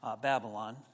Babylon